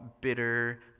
bitter